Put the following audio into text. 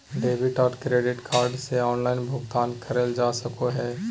debit और credit card से online भुगतान करल जा सको हय